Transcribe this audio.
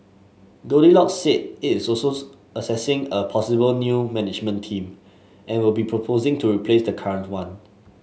Goldilocks said it is also assessing a possible new management team and will be proposing to replace the current one